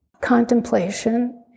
contemplation